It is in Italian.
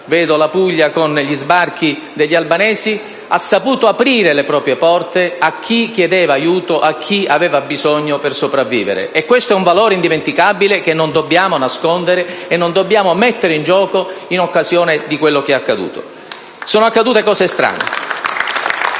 in occasione degli sbarchi degli albanesi), ha saputo aprire le proprie porte a chi chiedeva aiuto e a chi ne aveva bisogno per sopravvivere. Questo è un valore indimenticabile, che non dobbiamo nascondere e non dobbiamo mettere in gioco in occasione di quello che è accaduto. *(Applausi dal